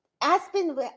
Aspen